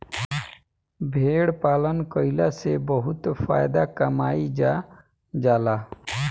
भेड़ पालन कईला से बहुत फायदा कमाईल जा जाला